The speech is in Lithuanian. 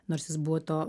nors jis buvo to